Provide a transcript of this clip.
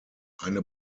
eine